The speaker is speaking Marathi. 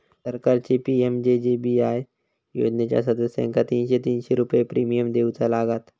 सरकारची पी.एम.जे.जे.बी.आय योजनेच्या सदस्यांका तीनशे तीनशे रुपये प्रिमियम देऊचा लागात